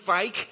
fake